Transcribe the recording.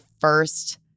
first